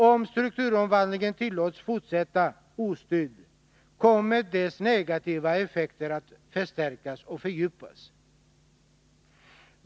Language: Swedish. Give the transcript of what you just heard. Om strukturomvandlingen tillåts fortsätta ostyrd, kommer dess negativa effekter att förstärkas och fördjupas.